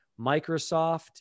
Microsoft